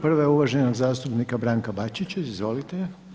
Prva je uvaženog zastupnika Branka Bačića, izvolite.